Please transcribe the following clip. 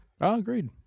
Agreed